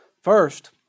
First